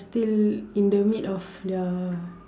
still in the mid of the